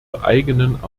eigenen